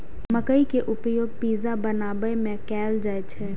मकइ के उपयोग पिज्जा बनाबै मे कैल जाइ छै